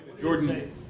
Jordan